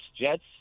Jets